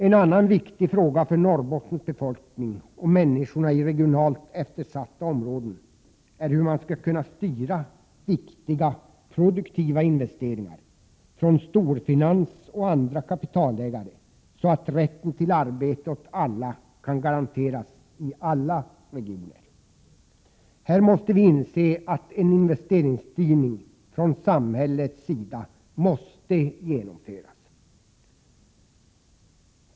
En annan viktig fråga för Norrbottens befolkning och människorna i regionalt eftersatta områden är hur man skall kunna styra viktiga produktiva investeringar från storfinans och andra kapitalägare så, att rätten till arbete åt alla kan garanteras i alla regioner. Här måste vi inse att en investeringsstyrning från samhällets sida måste genomföras.